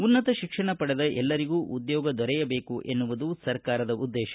ಉನ್ನತ ಶಿಕ್ಷಣ ಪಡೆದ ಎಲ್ಲರಿಗೂ ಉದ್ಯೋಗ ದೊರೆಯಬೇಕೆಂಬುದು ಸರ್ಕಾರದ ಉದ್ದೇಶ